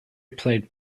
played